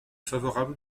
favorable